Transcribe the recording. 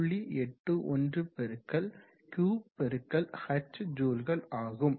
81 × Q × h ஜுல்கள் ஆகும்